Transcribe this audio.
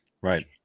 Right